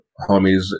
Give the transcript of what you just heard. homies